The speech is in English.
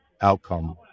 outcome